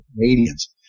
Canadians